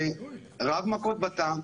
רב מכות בתא.